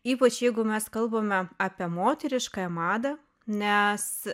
ypač jeigu mes kalbame apie moteriškąją madą nes